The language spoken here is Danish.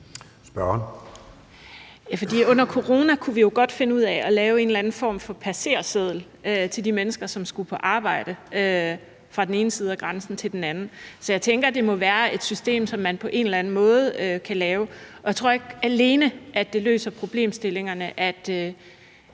finde ud af at lave en eller anden form for passérseddel til de mennesker, som skulle fra den ene side af grænsen til den anden for at komme på arbejde. Så jeg tænker, at der må være et system, som man på en eller anden måde kan lave. Jeg tror ikke, at det alene løser problemstillingerne,